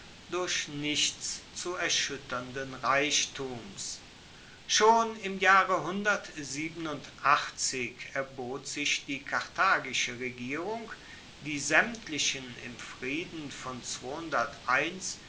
durch nichts zu erschuetternden reichtums schon im jahre erbot sich die karthagische regierung die saemtlichen im frieden von